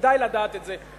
כדאי לדעת את זה.